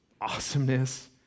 awesomeness